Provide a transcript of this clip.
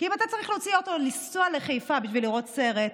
כי אם אתה צריך להוציא אוטו לנסוע לחיפה בשביל לראות סרט,